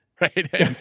right